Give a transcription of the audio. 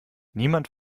niemand